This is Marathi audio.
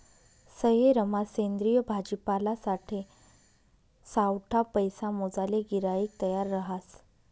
सयेरमा सेंद्रिय भाजीपालासाठे सावठा पैसा मोजाले गिराईक तयार रहास